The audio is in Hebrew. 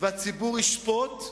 והציבור ישפוט.